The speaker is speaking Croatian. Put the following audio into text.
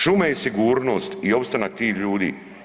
Šume i sigurnost i opstanak tih ljudi.